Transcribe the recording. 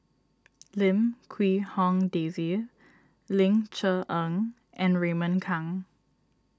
Lim Quee Hong Daisy Ling Cher Eng and Raymond Kang